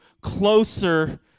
closer